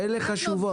הן חשובות.